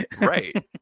Right